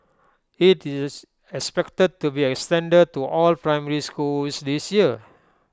IT is expected to be extended to all primary schools this year